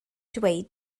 dweud